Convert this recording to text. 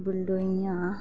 बलडोइयां